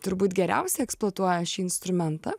turbūt geriausiai eksploatuoja šį instrumentą